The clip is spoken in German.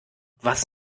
was